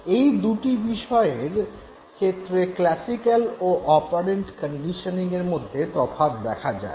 এই দু'টি বিষয়ের ক্ষেত্রে ক্লাসিক্যাল ও অপারেন্ট কন্ডিশনিঙের মধ্যে তফাৎ দেখা যায়